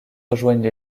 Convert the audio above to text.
rejoignent